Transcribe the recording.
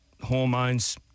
hormones